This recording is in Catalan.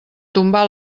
tombar